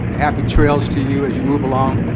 happy trails to you as you move along.